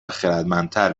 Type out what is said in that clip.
خردمندتر